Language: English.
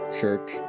Church